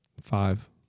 Five